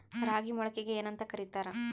ರಾಗಿ ಮೊಳಕೆಗೆ ಏನ್ಯಾಂತ ಕರಿತಾರ?